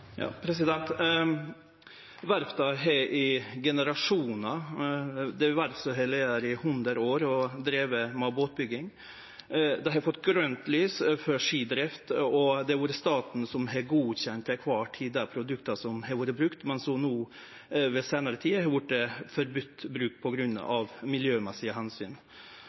i generasjonar. Det er verft som har lege der i hundre år og drive med båtbygging. Dei har fått grønt lys for drifta, og staten har til kvar tid godkjent dei produkta som har vore brukte, men som no i seinare tid har vorte